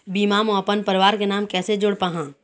बीमा म अपन परवार के नाम कैसे जोड़ पाहां?